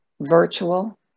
virtual